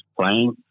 playing